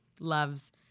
loves